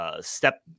Step